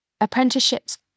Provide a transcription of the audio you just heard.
apprenticeships